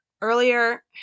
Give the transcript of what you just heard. Earlier